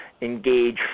engage